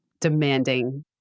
demanding